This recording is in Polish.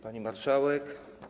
Pani Marszałek!